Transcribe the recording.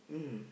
mmhmm